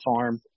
farm